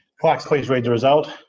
clerks, please read the result.